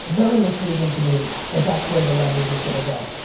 very intriguing to me that that's where the leverage is gonna go.